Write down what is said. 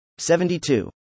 72